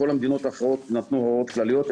כל המדינות האחרות נתנו הוראות כלליות,